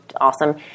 awesome